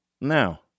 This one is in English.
now